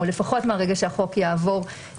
או לפחות מהרגע שהחוק יעבור,